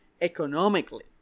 economically